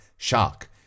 shock